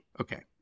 Okay